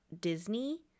Disney